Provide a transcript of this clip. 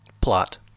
Plot